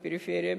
בפריפריה,